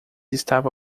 estava